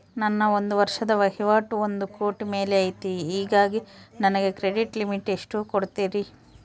ನನ್ನ ಒಂದು ವರ್ಷದ ವಹಿವಾಟು ಒಂದು ಕೋಟಿ ಮೇಲೆ ಐತೆ ಹೇಗಾಗಿ ನನಗೆ ಕ್ರೆಡಿಟ್ ಲಿಮಿಟ್ ಎಷ್ಟು ಕೊಡ್ತೇರಿ?